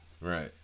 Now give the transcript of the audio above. Right